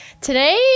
Today